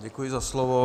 Děkuji za slovo.